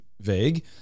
vague